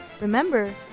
Remember